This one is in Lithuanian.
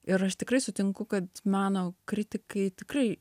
ir aš tikrai sutinku kad meno kritikai tikrai